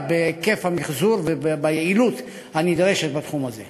בהיקף המיחזור וביעילות הנדרשת בתחום הזה.